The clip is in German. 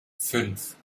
fünf